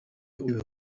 ureba